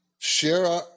Share